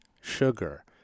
sugar